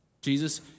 Jesus